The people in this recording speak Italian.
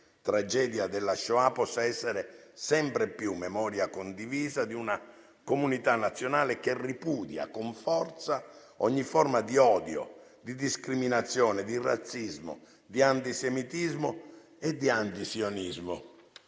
tragedia della Shoah possa essere sempre più memoria condivisa di una comunità nazionale che ripudia con forza ogni forma di odio, di discriminazione, di razzismo, di antisemitismo e di antisionismo